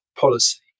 policy